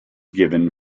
given